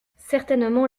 certainement